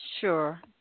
Sure